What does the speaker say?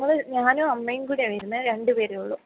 നമ്മൾ ഞാനും അമ്മയും കൂടെ ആണ് വരുന്നത് രണ്ട് പേരേ ഉള്ളൂ